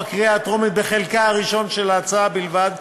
בקריאה טרומית בחלקה הראשון של ההצעה בלבד,